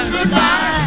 Goodbye